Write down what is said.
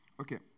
Okay